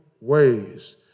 ways